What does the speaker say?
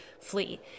flee